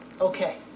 Okay